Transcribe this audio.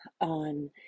on